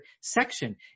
section